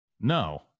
no